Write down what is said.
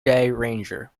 ranger